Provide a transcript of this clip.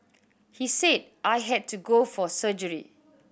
he said I had to go for surgery